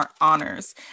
honors